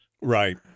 Right